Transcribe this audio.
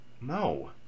No